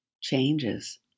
changes